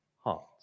heart